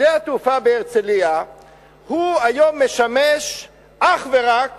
שדה התעופה בהרצלייה משמש היום אך ורק